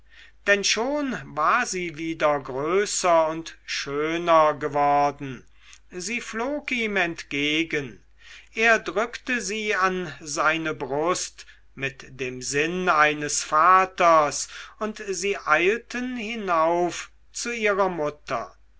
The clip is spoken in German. denn schon war sie wieder größer und schöner geworden sie flog ihm entgegen er drückte sie an seine brust mit dem sinn eines vaters und sie eilten hinauf zu ihrer mutter